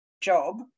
job